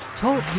Talk